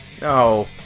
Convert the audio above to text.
No